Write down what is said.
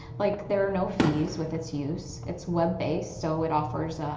like there are no fees with its use, it's web based so it offers